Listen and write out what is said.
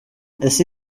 ese